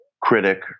critic